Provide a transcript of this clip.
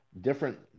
different